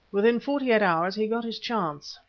within forty-eight hours he got his chance,